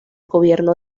gobierno